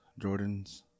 Jordans